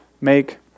make